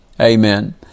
Amen